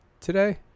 today